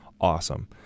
awesome